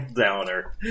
downer